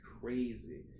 crazy